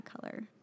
color